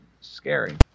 scary